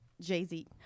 jay-z